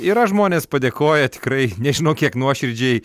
yra žmonės padėkoja tikrai nežinau kiek nuoširdžiai